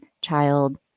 child